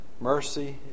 Mercy